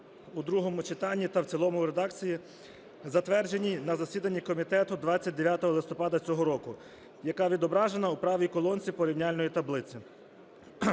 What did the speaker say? у другому читанні та в цілому в редакції, затвердженій на засіданні комітету 29 листопада цього року, яка відображена у правій колонці порівняльної таблиці.